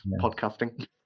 podcasting